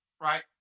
right